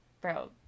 bro